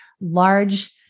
large